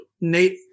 Nate